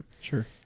Sure